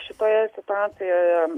šitoje situacijoje